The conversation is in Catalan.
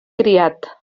criat